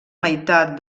meitat